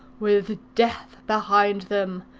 with death behind them,